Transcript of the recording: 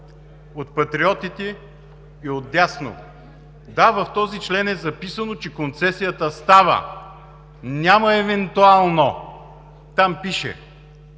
от Патриотите и отдясно. Да, в този член е записано, че концесията става – няма „евентуално“. Там пише,